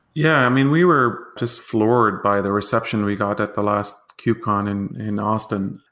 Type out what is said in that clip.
yeah. i mean we were just floored by the reception we got at the last cube-con in in austin.